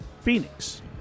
Phoenix